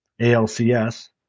ALCS